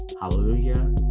Hallelujah